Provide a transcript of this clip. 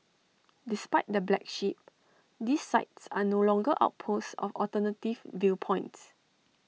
despite the black sheep these sites are no longer outposts of alternative viewpoints